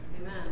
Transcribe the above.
Amen